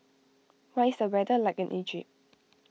what is the weather like in Egypt